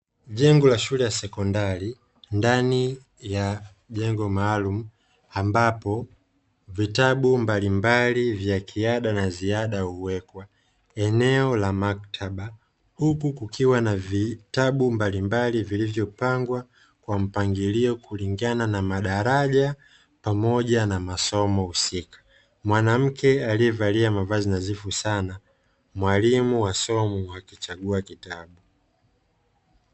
Jengo la shule ya sekondari ndani ya jengo maalumu ambapo vitabu mbalimbali vya kiada na ziada huwekwa eneo la maktaba, huku kukiwa na vitabu mbalimbali vilivyopangwa kwa mpangilio kulingana na madaraja pamoja na masomo husika, mwanamke aliyevalia mavazi nadhifu sana, mwalimu wa somo akichagua kitabu.